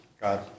God